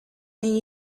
and